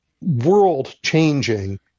world-changing